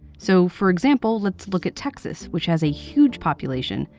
so, for example, let's look at texas, which has a huge population,